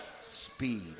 speed